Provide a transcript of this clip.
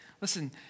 Listen